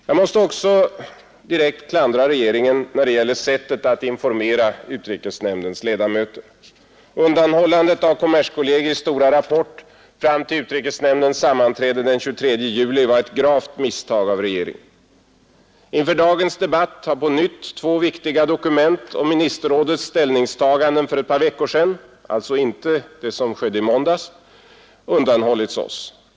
Jag måste också direkt klandra regeringen när det gäller sättet att informera utrikesnämndens ledamöter. Undanhållandet av kommerskollegii stora rapport fram till utrikesnämndens sammanträde den 23 juli var ett gravt misstag av regeringen. Inför dagens debatt har på nytt två viktiga dokument om ministerrådets ställningstaganden för ett par veckor sedan — alltså inte det som skedde i måndags — undanhållits oss.